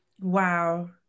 Wow